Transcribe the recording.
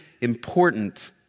important